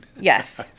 yes